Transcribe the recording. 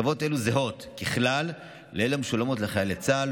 הטבות אלו זהות ככלל לאלה המשולמות לחיילי צה"ל